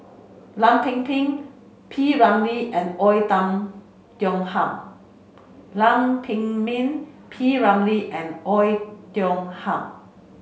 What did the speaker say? Lam Pin Pin P Ramlee and Oei Tiong Ham Lam Pin Min P Ramlee and Oei Tiong Ham